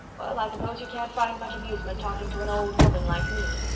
well, i suppose you can't find much amusement talking to an old woman like me.